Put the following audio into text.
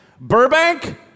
Burbank